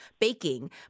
baking